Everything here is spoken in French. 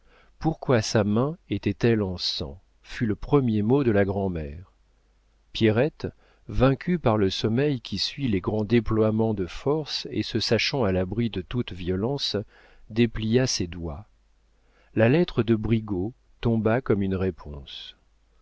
pourquoi sa main est-elle en sang fut le premier mot de la grand'mère pierrette vaincue par le sommeil qui suit les grands déploiements de force et se sachant à l'abri de toute violence déplia ses doigts la lettre de brigaut tomba comme une réponse